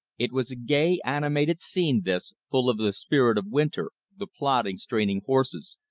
it was a gay, animated scene this, full of the spirit of winter the plodding, straining horses,